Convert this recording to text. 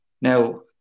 Now